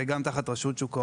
וגם תחת רשות שוק ההון.